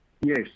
Yes